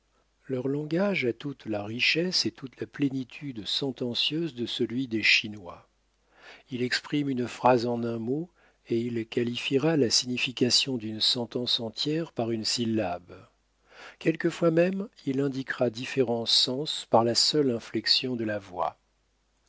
leur langage a toute la richesse et toute la plénitude sentencieuse de celui des chinois il exprime une phrase en un mot et il qualifiera la signification d'une sentence entière par une syllabe quelquefois même il indiquera différents sens par la seule inflexion de la voix